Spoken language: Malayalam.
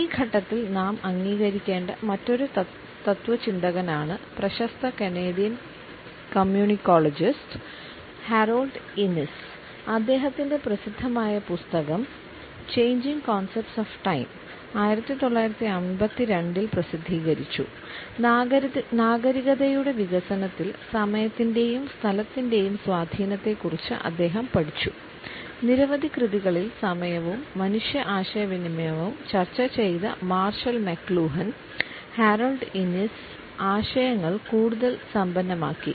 ഈ ഘട്ടത്തിൽ നാം അംഗീകരിക്കേണ്ട മറ്റൊരു തത്ത്വചിന്തകനാണ് പ്രശസ്ത കനേഡിയൻ കമ്മ്യൂണിക്കോളജിസ്റ്റ് ആശയങ്ങൾ കൂടുതൽ സമ്പന്നമാക്കി